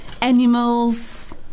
animals